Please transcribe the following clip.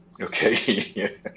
Okay